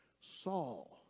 Saul